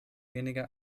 weniger